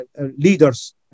leaders